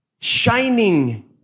shining